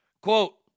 Quote